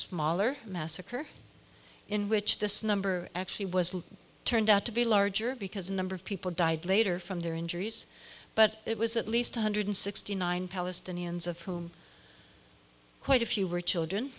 smaller massacre in which this number actually was turned out to be larger because a number of people died later from their injuries but it was at least one hundred sixty nine palestinians of whom quite a few were children